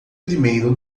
primeiro